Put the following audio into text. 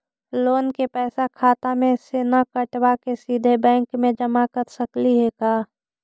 Loan के पैसा खाता मे से न कटवा के सिधे बैंक में जमा कर सकली हे का?